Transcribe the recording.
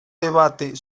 debate